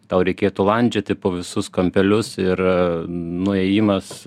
tau reikėtų landžioti po visus kampelius ir nuėjimas